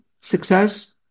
success